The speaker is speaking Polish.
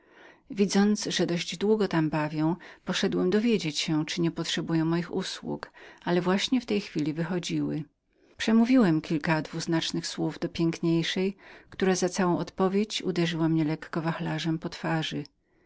widząc że dość długo tam bawiły poszedłem dowiedzieć się zali niepotrzebowano moich usług ale właśnie w tej chwili wychodziły przemówiłem kilka dwuznacznych słów do piękniejszej która za całą odpowiedź uderzyła mnie lekko wachlarzem po twarzy